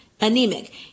anemic